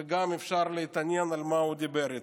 וגם אפשר להתעניין על מה הוא דיבר איתו.